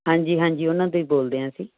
ਹਾਂਜੀ ਹਾਂਜੀ ਉਹਨਾਂ ਦੇ ਹੀ ਬੋਲਦੇ ਹਾਂ ਅਸੀਂ